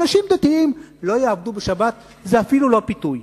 אנשים דתיים לא יעבדו בשבת, זה אפילו לא פיתוי.